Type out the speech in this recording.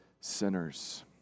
sinners